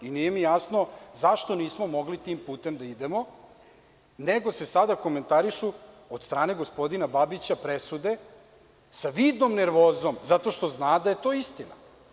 I nije mi jasno zašto nismo mogli tim putem da idemo, nego se sada komentarišu, od strane gospodina Babića, presude, sa vidnom nervozom, zato što zna da je to istina.